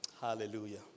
Hallelujah